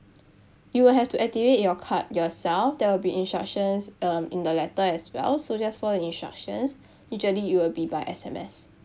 you will have to activate your card yourself there will be instructions um in the letter as well so just follow the instructions usually it will be by S_M_S